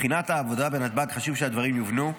מבחינת העבודה בנתב"ג, חשוב שהדברים יובנו,